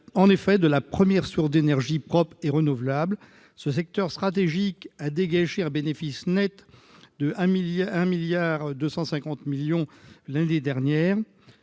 en effet de la première source d'énergie propre et renouvelable. Ce secteur stratégique a dégagé un bénéfice net de 1,25 milliard d'euros l'année dernière.